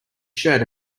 shirt